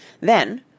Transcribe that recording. Then